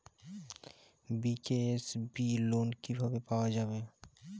BKSB loan কিভাবে পাওয়া যাবে?